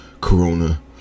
Corona